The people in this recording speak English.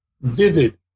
vivid